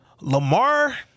Lamar